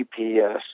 GPS